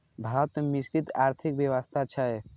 भारत मे मिश्रित आर्थिक व्यवस्था छै